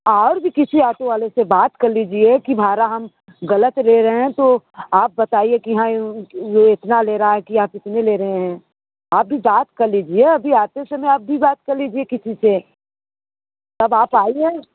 और भी किसी ऑटो वाले से बात कर लिजिए कि भाड़ा हम ग़लत ले रहे हैं तो आप बताइए कि हाँ यह इतना ले रहा है कि आप इतने ले रहे हैं अभी बात कर लीजिए अभी आते समय अभी बात कर लीजिए किसी से तो आप आइए